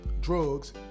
drugs